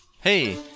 hey